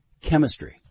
chemistry